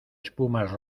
espumas